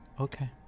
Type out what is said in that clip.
Okay